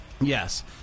Yes